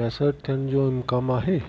मुसयरु थियण जो इम्कान आहे